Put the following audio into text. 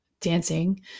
dancing